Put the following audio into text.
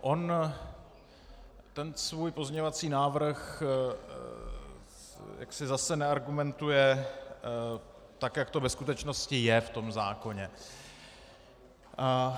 On ten svůj pozměňovací návrh jaksi zase neargumentuje tak, jak to ve skutečnosti v tom zákoně je.